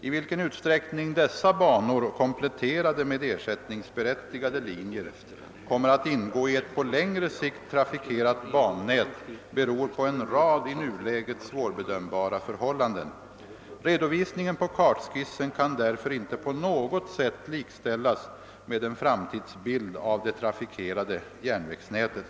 I vilken utsträckning dessa banor — kompletterade med ersättningsberättigade linjer — kommer att ingå i ett på längre sikt trafikerat bannät beror på en rad i nuläget svårbedömbara förhållanden. Redovisningen på kartskissen kan därför inte på något sätt likställas med en framtidsbild av det trafikerade järnvägsnätet.